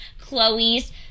Chloe's